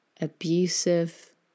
abusive